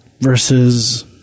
Versus